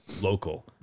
local